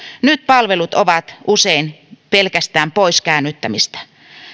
nyt palvelut ovat usein pelkästään poiskäännyttämistä